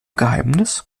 geheimnis